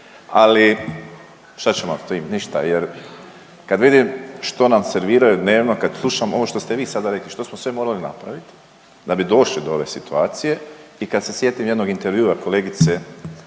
ali šta ćemo s tim, ništa jer kad vidim što nam serviraju dnevno, kad slušam ono što ste vi sada rekli što smo sve morali napraviti da bi došli do ove situacije i kad se sjetim jednog intervjua kolegice